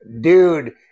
dude